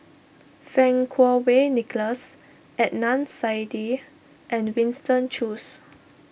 Fang Kuo Wei Nicholas Adnan Saidi and Winston Choos